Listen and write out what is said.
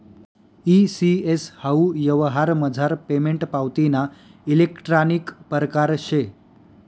E CS हाऊ यवहारमझार payment पावतीना इलेक्ट्रानिक परकार शे